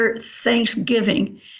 Thanksgiving